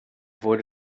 wurde